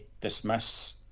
dismiss